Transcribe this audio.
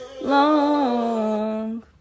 long